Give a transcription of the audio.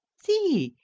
see,